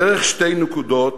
דרך שתי נקודות